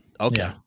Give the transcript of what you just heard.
okay